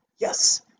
yes